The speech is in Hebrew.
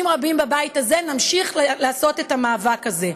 רבים בבית הזה נמשיך לעשות את המאבק הזה.